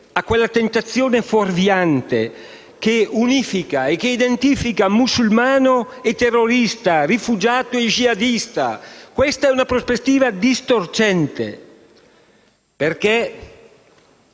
a quella tentazione fuorviante che unifica e identifica musulmano e terrorista, rifugiato e jihadista. Questa è una prospettiva distorcente, perché